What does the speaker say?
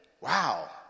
wow